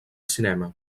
cinema